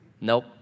nope